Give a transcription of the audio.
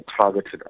targeted